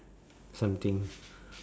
something